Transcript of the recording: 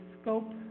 scope